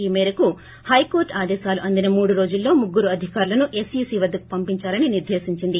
కుమేరకు హైకోర్లు ఆదేశాలు అందిన మూడు రోజుల్లో ముగ్గురు అధికారులను ఎస్ఈసీ వద్గకు పంపిందాలని నిర్దేశించింది